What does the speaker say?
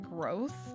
growth